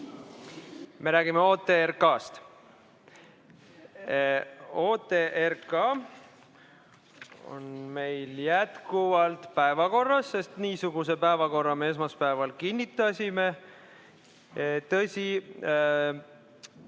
Me räägime OTRK-st. OTRK on meil jätkuvalt päevakorras, sest niisuguse päevakorra me esmaspäeval kinnitasime. Tõsi,